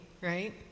right